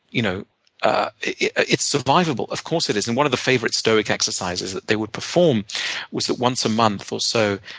you know ah it's survivable. of course it is. and one of the favorite stoic exercises that they would perform was that once a month or so,